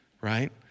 right